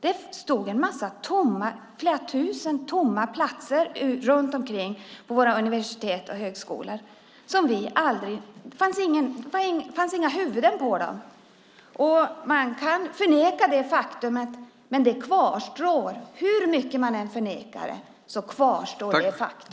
Det stod flera tusen tomma platser runt omkring på våra universitet och högskolor. Det fanns inga huvuden på dem. Man kan förneka detta faktum, men det kvarstår i alla fall, hur mycket man än förnekar det.